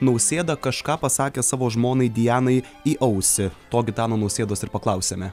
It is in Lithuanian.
nausėda kažką pasakė savo žmonai dianai į ausį to gitano nausėdos ir paklausėme